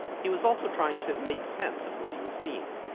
he was also trying to make sense of what he was seeing,